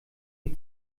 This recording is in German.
die